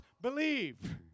believe